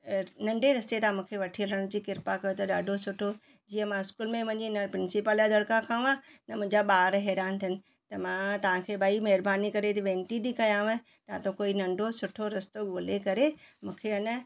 ऐं नंढे रस्ते तव्हां मूंखे वठी हलण जी कृपा कयो त ॾाढो सुठो जीअं मां स्कूल में वञी न प्रिंसीपल जा दड़िका खावां न मुंहिंजा ॿार हैरानु थियणु मां तव्हांखे भई महिरबानी करे थी वेनिती थी कयांव या त कोई नंढो सुठो रस्तो ॻोल्हे मूंखे अने